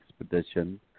expedition